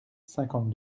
cinquante